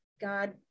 God